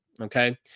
Okay